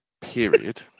period